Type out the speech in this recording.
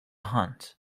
hunt